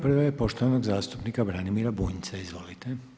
Prva je poštovanog zastupnika Branimira Bunjca, izvolite.